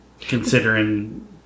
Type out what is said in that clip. considering